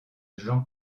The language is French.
jean